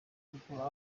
kuko